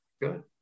Good